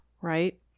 right